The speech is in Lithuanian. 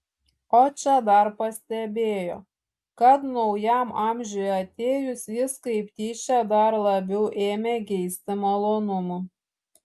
o čia dar pastebėjo kad naujam amžiui atėjus jis kaip tyčia dar labiau ėmė geisti malonumų